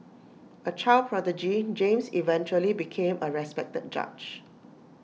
A child prodigy James eventually became A respected judge